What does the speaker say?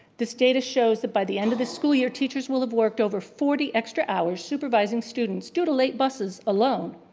this data shows that by the end of the school year, teachers will have worked over forty extra hours supervising students due to late buses alone.